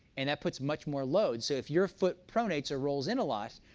and that puts much more load. so if your foot pronates or rolls in a lot,